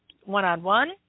one-on-one